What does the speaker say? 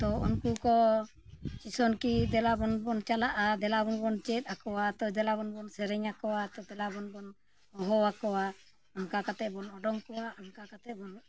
ᱛᱳ ᱩᱱᱠᱩ ᱠᱚ ᱠᱤᱥᱚᱱ ᱠᱤ ᱫᱮᱞᱟᱵᱚᱱ ᱵᱚᱱ ᱪᱟᱞᱟᱜᱼᱟ ᱫᱮᱞᱟᱵᱚᱱ ᱵᱚᱱ ᱪᱮᱫ ᱟᱠᱚᱣᱟ ᱛᱳ ᱫᱮᱞᱟᱵᱚᱱ ᱵᱚᱱ ᱥᱮᱨᱮᱧ ᱟᱠᱚᱣᱟ ᱛᱳ ᱫᱮᱞᱟᱵᱚᱱ ᱵᱚᱱ ᱦᱚᱦᱚ ᱟᱠᱚᱣᱟ ᱚᱱᱠᱟ ᱠᱟᱛᱮᱫ ᱵᱚᱱ ᱚᱰᱚᱝ ᱠᱚᱣᱟ ᱚᱱᱠᱟ ᱠᱟᱛᱮᱫ ᱵᱚᱱ